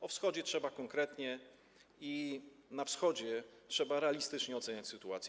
O Wschodzie trzeba konkretnie i na Wschodzie trzeba realistycznie oceniać sytuację.